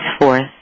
forth